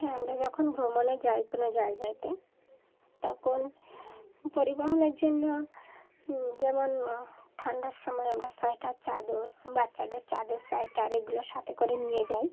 হ্যাঁ আমরা যখন ভ্রমণে যাই কোনো জায়গাতে তখন পরিবহনের জন্য যেমন ঠান্ডার সময় আমরা সোয়েটার চাদর বাচ্চাদের চাদর সোয়েটার এগুলো সাথে করে নিয়ে যাই